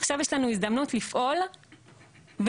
עכשיו יש לנו הזדמנות לפעול ולשנות.